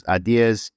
ideas